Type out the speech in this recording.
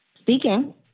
Speaking